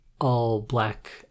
all-black